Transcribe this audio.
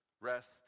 rest